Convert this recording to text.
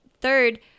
Third